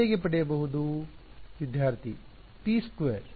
ವಿದ್ಯಾರ್ಥಿ p square